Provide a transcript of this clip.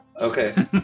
Okay